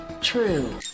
True